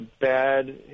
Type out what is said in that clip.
bad